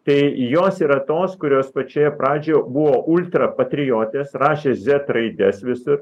tai jos yra tos kurios pačioje pradžioje buvo ultrapatriotės rašė zet raides visur